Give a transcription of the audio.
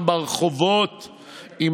בעד,